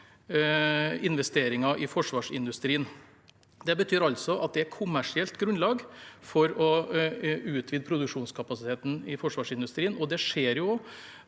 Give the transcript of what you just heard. investeringer i forsvarsindustrien. Det betyr altså at det er kommersielt grunnlag for å utvide produksjonskapasiteten i forsvarsindustrien,